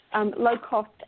low-cost